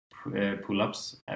pull-ups